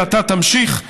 ואתה תמשיך,